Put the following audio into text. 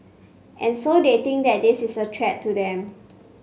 and so they think that this is a threat to them